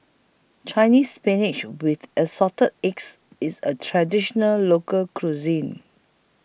Chinese Spinach with Assorted Eggs IS A Traditional Local Cuisine